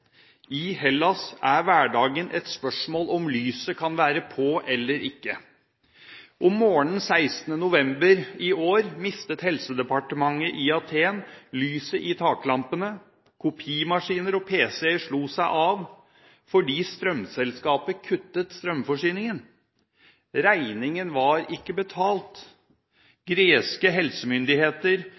I Hellas er hverdagen et spørsmål om lyset kan være på eller ikke. Om morgenen 16. november i år mistet helsedepartementet i Aten lyset i taklampene og kopimaskiner og pc-er slo seg av, fordi strømselskapet kuttet strømforsyningen. Regningen var ikke betalt. Greske helsemyndigheter